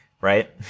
right